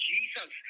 Jesus